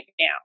now